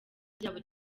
ryabo